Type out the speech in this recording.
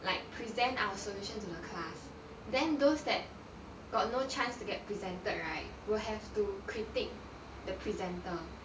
like present our solution to the class then those that got no chance to get presented right will have to critique the presenter